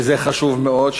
שזה חשוב מאוד,